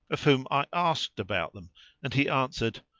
of whom i asked about them and he answered,